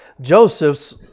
Joseph's